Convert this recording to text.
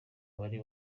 wari